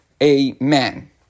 a-man